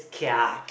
Kia